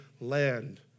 land